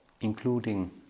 including